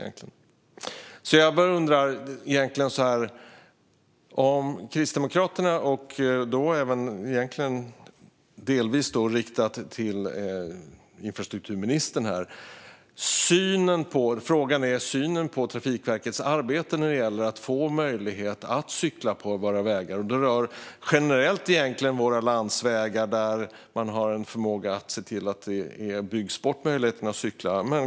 Frågan till Kristdemokraterna, delvis riktad till infrastrukturministern, handlar om synen på Trafikverkets arbete när det gäller att göra det möjligt att cykla på våra vägar. Det rör egentligen våra landsvägar generellt, där man har en förmåga att bygga bort möjligheten att cykla.